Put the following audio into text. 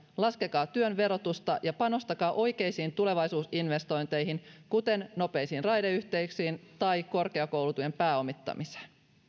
laskekaa työn verotusta ja panostakaa oikeisiin tulevaisuusinvestointeihin kuten nopeisiin raideyhteyksiin tai korkeakoulutuen pääomittamiseen